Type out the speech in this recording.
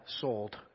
sold